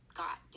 got